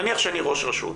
נניח שאני ראש רשות